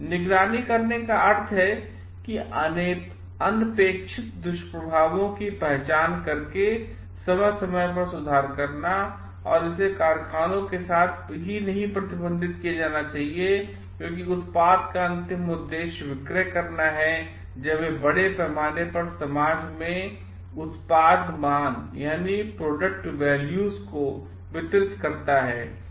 निगरानी करने का अर्थ है कि अनपेक्षित दुष्प्रभावों की पहचान करने के लिए समय समय पर सुधार करना और इसे कारखानों के साथ ही प्रतिबंधित नहीं किया जाना चाहिए क्योंकि उत्पाद का अंतिम उद्देश्य विक्रय करना है जब यह बड़े पैमाने पर समाज में उत्पाद मान को वितरित करता है